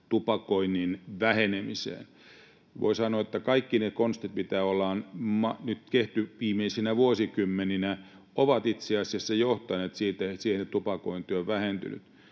tupakoinnin vähenemiseen. Voi sanoa, että kaikki ne konstit, mitä ollaan nyt viimeisinä vuosikymmeninä tehty, ovat itse asiassa johtaneet siihen, että tupakointi on vähentynyt.